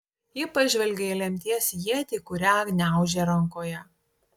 ji pažvelgė į lemties ietį kurią gniaužė rankoje